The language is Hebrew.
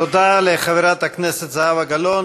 תודה לחברת הכנסת זהבה גלאון.